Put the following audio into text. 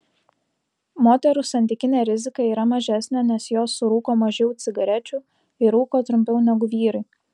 moterų santykinė rizika yra mažesnė nes jos surūko mažiau cigarečių ir rūko trumpiau negu vyrai